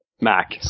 Mac